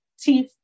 teeth